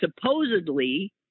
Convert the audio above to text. supposedly